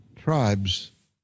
tribes